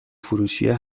فروشیه